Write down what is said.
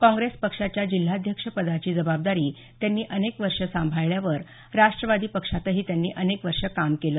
काँग्रेस पक्षाच्या जिल्हाध्यक्ष पदाची जबाबदारी त्यांनी अनेक वर्ष सांभाळल्यावर राष्टवादी पक्षातही त्यांनी अनेक वर्ष काम केलं